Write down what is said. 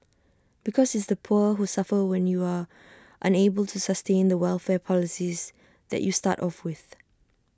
because it's the poor who suffer when you are unable to sustain the welfare policies that you start off with